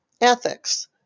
ethics